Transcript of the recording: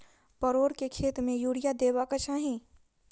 परोर केँ खेत मे यूरिया देबाक चही?